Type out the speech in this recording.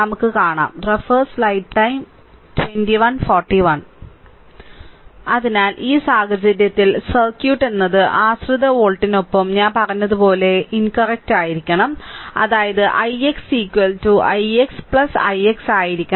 നമുക്ക് കാണാം അതിനാൽ ഈ സാഹചര്യത്തിൽ സർക്യൂട്ട് എന്നത് ആശ്രിത വോൾട്ടിനൊപ്പം ഞാൻ പറഞ്ഞതുപോലെ ഇന്റക്റ്റായിരിക്കണം അതായത് ix ix ' ix' 'ആയിരിക്കണം